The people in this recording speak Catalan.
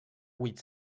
huit